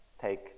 take